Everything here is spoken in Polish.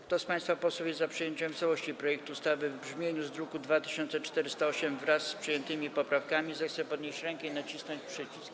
Kto z państwa posłów jest za przyjęciem w całości projektu ustawy w brzmieniu z druku nr 2408, wraz z przyjętymi poprawkami, zechce podnieść rękę i nacisnąć przycisk.